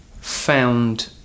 found